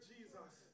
Jesus